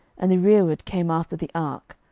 and the rereward came after the ark,